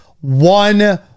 one